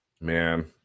man